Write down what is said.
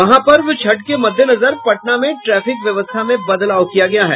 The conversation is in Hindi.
महापर्व छठ के मद्देनजर पटना में ट्रैफिक व्यवस्था में बदलाव किया गया है